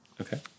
Okay